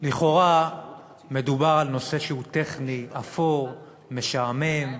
לכאורה מדובר על נושא שהוא טכני, אפור, משעמם,